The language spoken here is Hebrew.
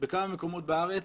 בכמה מקומות בארץ